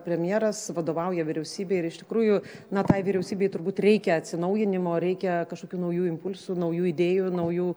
premjeras vadovauja vyriausybei ir iš tikrųjų na tai vyriausybei turbūt reikia atsinaujinimo reikia kažkokių naujų impulsų naujų idėjų naujų